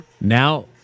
Now